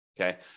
Okay